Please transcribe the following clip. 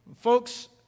Folks